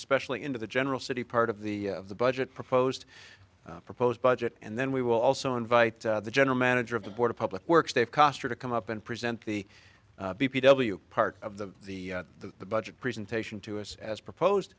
especially into the general city part of the of the budget proposed proposed budget and then we will also invite the general manager of the board of public works dave koster to come up and present the b p w part of the the the budget presentation to us as proposed